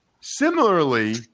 Similarly